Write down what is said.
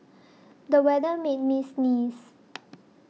the weather made me sneeze